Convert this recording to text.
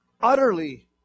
Utterly